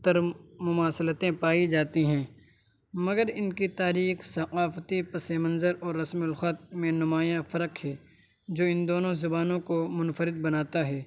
تر مماثلتیں پائی جاتی ہیں مگر ان کی تاریخ ثقافتی پسِ منظر اور رسم الخط میں نمایاں فرق ہے جو ان دونوں زبانوں کو منفرد بناتا ہے